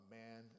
man